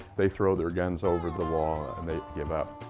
they throw their guns over the wall and they give up.